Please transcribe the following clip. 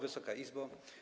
Wysoka Izbo!